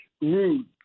rude